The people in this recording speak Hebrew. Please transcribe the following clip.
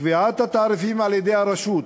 קביעת התעריפים על-ידי הרשות,